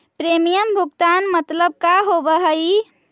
Premium भुगतान मतलब का होव हइ?